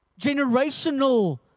generational